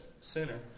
center